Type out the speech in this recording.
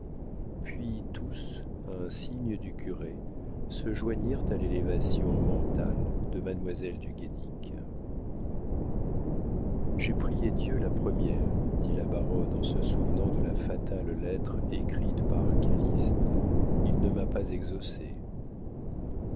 puis tous à un signe du curé se joignirent à l'élévation mentale de mademoiselle du guénic j'ai prié dieu la première dit la baronne en se souvenant de la fatale lettre écrite par calyste il ne m'a pas exaucée